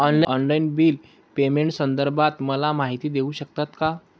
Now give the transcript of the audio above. Online bill पेमेंटसंदर्भात मला माहिती देऊ शकतात का?